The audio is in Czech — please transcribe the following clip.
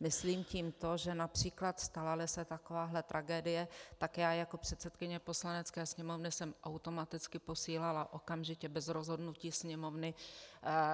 Myslím tím to, že například staneli se takováhle tragédie, tak já jako předsedkyně Poslanecké sněmovny jsem automaticky posílala okamžitě, bez rozhodnutí Sněmovny,